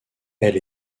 elle